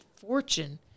fortune